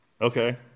okay